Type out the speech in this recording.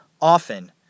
often